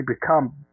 become